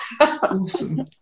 Awesome